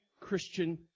Christian